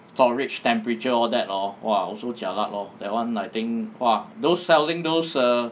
storage temperature all that hor !wah! also jialat lor that one I think those selling those err